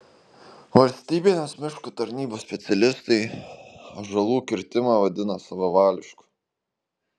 valstybinės miškų tarnybos specialistai ąžuolų kirtimą vadina savavališku